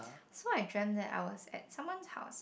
so I dreamt that I was at someone's house